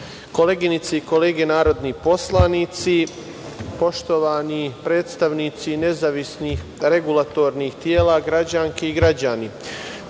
i kolege narodni poslanici, poštovani predstavnici nezavisnih regulatornih tela, građanke i građani,